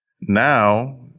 Now